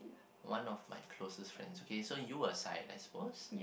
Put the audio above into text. one of my my closest friends okay so you aside I suppose